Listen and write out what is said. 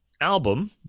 album